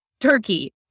turkey